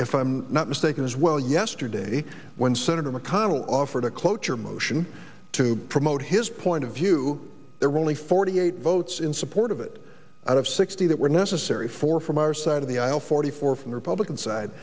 if i'm not mistaken as well yesterday when senator mcconnell offered a cloture motion to promote his point of view there were only forty eight votes in support of it out of sixty that were necessary for from our side of the aisle forty four from the republican side